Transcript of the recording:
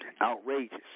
Outrageous